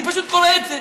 אני פשוט קורא את זה,